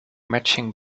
matching